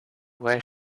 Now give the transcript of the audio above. where